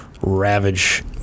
ravage